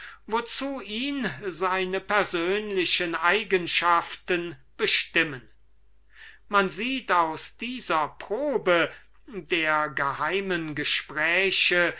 wozu ihn seine persönliche eigenschaften bestimmen unsere leser sehen aus dieser probe der geheimen gespräche